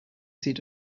seat